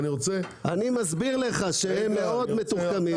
אני מסביר לך שהם מאוד מתוחכמים,